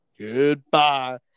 Goodbye